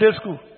school